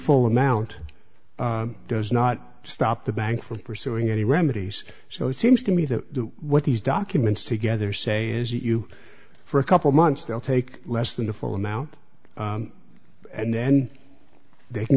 full amount does not stop the bank from pursuing any remedies so it seems to me that what these documents together say is you for a couple months they'll take less than the full amount and then they can